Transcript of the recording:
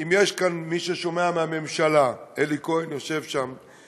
אם יש כאן מי ששומע מהממשלה, אלי כהן יושב שם: